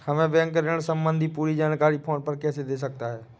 हमें बैंक ऋण संबंधी पूरी जानकारी फोन पर कैसे दे सकता है?